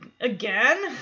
again